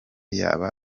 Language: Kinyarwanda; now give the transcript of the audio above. yaba